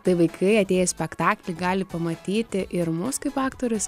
tai vaikai atėję į spektaklį gali pamatyti ir mus kaip aktorius